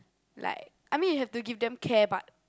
like I mean you have to give them care but